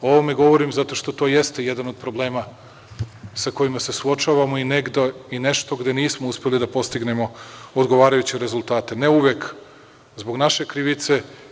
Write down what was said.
O ovome govorim zato što to jeste jedan od problema sa kojima se suočavamo i nešto gde nismo uspeli da postignemo odgovarajuće rezultate, ne uvek zbog naše krivice.